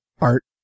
Art